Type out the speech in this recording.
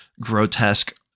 grotesque